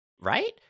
Right